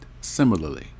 Similarly